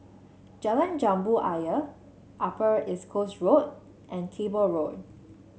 Jalan Jambu Ayer Upper East Coast Road and Cable Road